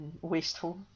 wasteful